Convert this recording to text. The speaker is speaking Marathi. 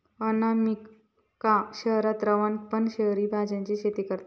अनामिका शहरात रवान पण शहरी भाज्यांची शेती करता